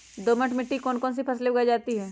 दोमट मिट्टी कौन कौन सी फसलें उगाई जाती है?